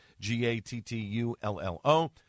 G-A-T-T-U-L-L-O